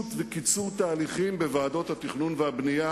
פישוט וקיצור תהליכים בוועדות התכנון והבנייה.